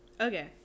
okay